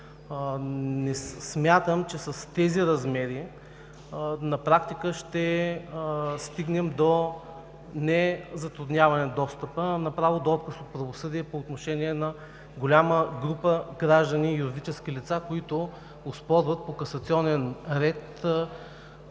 Смятам, че с тези размери на практика ще стигнем не до затрудняване на достъпа, а направо до отказ от правосъдие по отношение на голяма група граждани и юридически лица, които оспорват по касационен ред